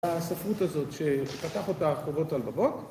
הספרות הזאת שפתח אותה ה... חובות הלבבות